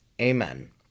Amen